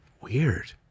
Weird